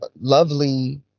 Lovely